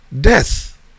death